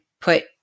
put